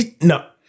No